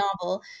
novel